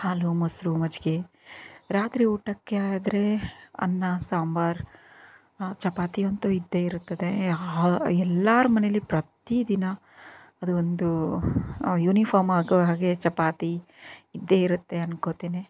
ಹಾಲು ಮೊಸರು ಮಜ್ಜಿಗೆ ರಾತ್ರಿ ಊಟಕ್ಕೆ ಆದರೆ ಅನ್ನ ಸಾಂಬಾರ್ ಚಪಾತಿ ಅಂತೂ ಇದ್ದೇ ಇರುತ್ತದೆ ಎಲ್ಲರ ಮನೆಯಲ್ಲಿ ಪ್ರತಿದಿನ ಅದು ಒಂದು ಯೂನಿಫಾರ್ಮ್ ಆಗೋ ಹಾಗೆ ಚಪಾತಿ ಇದ್ದೇ ಇರತ್ತೆ ಅನ್ಕೋತೀನಿ